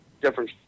difference